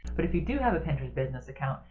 but if you do have a pinterest business account,